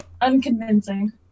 Unconvincing